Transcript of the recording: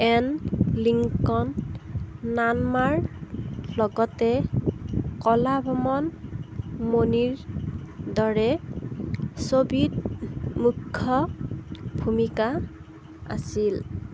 and Lincoln নানমাৰ লগতে কলাভবন মণিৰ দৰে ছবিত মূখ্য ভূমিকা আছিল